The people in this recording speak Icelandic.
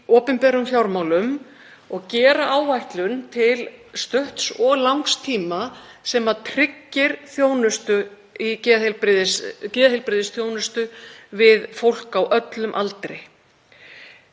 í opinberum fjármálum og gera áætlun til stutts og langs tíma sem tryggir geðheilbrigðisþjónustu við fólk á öllum aldri.